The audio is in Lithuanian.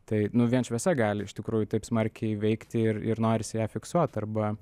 tai nu vien šviesa gali iš tikrųjų taip smarkiai veikti ir ir norisi ją fiksuot arba